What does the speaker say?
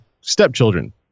stepchildren